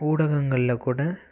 ஊடகங்களில் கூட